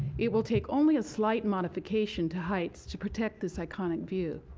it will take only a slight modification to heights to protect this iconic view.